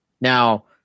Now